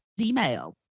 email